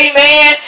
Amen